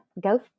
go